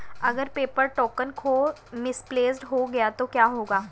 अगर paper token खो misplaced गया तो क्या होगा?